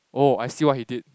oh I see what he did